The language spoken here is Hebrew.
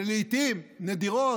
ולעיתים נדירות,